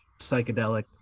psychedelic